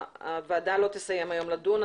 הוועדה לא תסיים היום לדון,